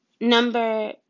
Number